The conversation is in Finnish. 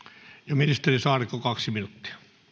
ja ministeri saarikko kaksi minuuttia